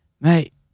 Mate